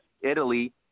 Italy